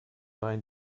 wein